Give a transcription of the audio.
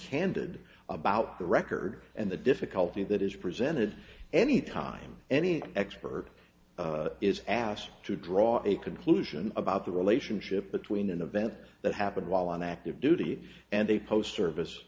candid about the record and the difficulty that is presented any time any expert is asked to draw a conclusion about the relationship between an event that happened while on active duty and they post service